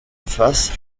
face